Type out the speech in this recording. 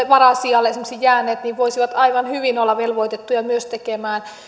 varasijalle jääneet voisivat aivan hyvin olla myös velvoitettuja tekemään